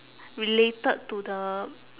related to the